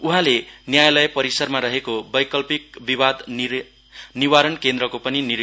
उहाँले न्यायालय परिसरमा रहेको वैकल्पिक विवाद निवारण केन्द्रको पनि निरीक्षण गर्नु भयो